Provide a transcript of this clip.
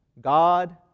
God